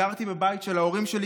גרתי בבית של ההורים שלי,